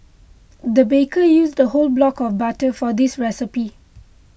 the baker used a whole block of butter for this recipe